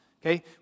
Okay